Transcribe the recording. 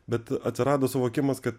bet atsirado suvokimas kad